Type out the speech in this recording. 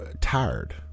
tired